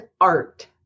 art